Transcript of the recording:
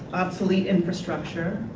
obsolete infrastructure,